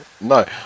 No